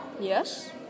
Yes